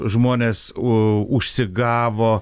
žmones u užsigavo